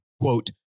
quote